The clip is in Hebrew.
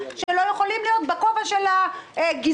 קריטריונים שלא יכולים להיות בכובע של הגזבר.